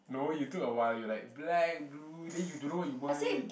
no you took a while you were like black blue then you don't know what you want